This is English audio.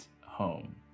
home